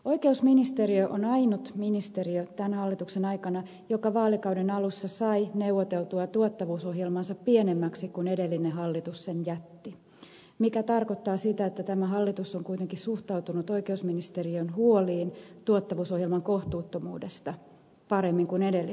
oikeusministeriö on ainut ministeriö tämän hallituksen aikana joka vaalikauden alussa sai neuvoteltua tuottavuusohjelmansa pienemmäksi kuin miksi edellinen hallitus sen jätti mikä tarkoittaa sitä että tämä hallitus on kuitenkin suhtautunut oikeusministeriön huoliin tuottavuusohjelman kohtuuttomuudesta paremmin kuin edellinen hallitus